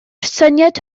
syniad